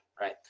right